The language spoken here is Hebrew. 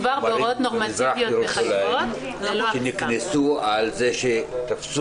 דיברנו על זה שאם